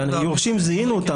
ואת היורשים זיהינו,